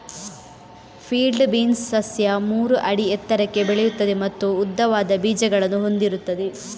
field beans ಸಸ್ಯ ಮೂರು ಅಡಿ ಎತ್ತರಕ್ಕೆ ಬೆಳೆಯುತ್ತದೆ ಮತ್ತು ಉದ್ದವಾದ ಬೀಜಗಳನ್ನು ಹೊಂದಿರುತ್ತದೆ